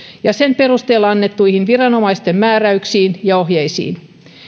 ja sen perusteella annettuihin viranomaisten määräyksiin ja ohjeisiin